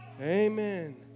Amen